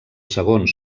segon